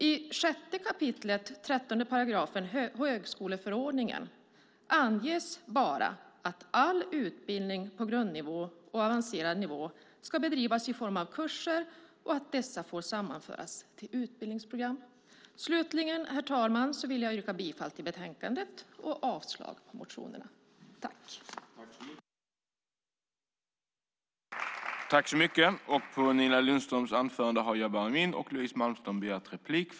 I 6 kap. 13 § högskoleförordningen anges bara att all utbildning på grundnivå och avancerad nivå ska bedrivas i form av kurser och att dessa får sammanföras till utbildningsprogram. Herr talman! Jag yrkar bifall till utskottets förslag och avslag på motionerna.